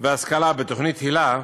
וההשכלה בתוכנית היל"ה,